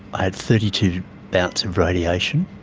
i had thirty two bouts of radiation,